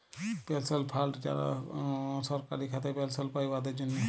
পেলশল fund যারা সরকারি খাতায় পেলশল পায়, উয়াদের জ্যনহে